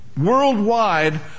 worldwide